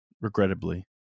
regrettably